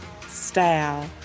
style